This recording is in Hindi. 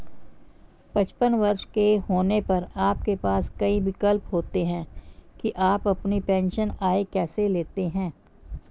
पचपन वर्ष के होने पर आपके पास कई विकल्प होते हैं कि आप अपनी पेंशन आय कैसे लेते हैं